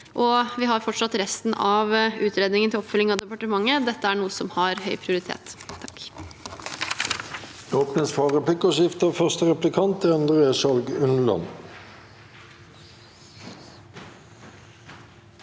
vi har fortsatt resten av utredningen til oppfølging i departementet. Dette er noe som har høy prioritet.